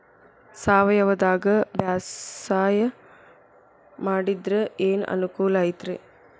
ಸಾವಯವದಾಗಾ ಬ್ಯಾಸಾಯಾ ಮಾಡಿದ್ರ ಏನ್ ಅನುಕೂಲ ಐತ್ರೇ?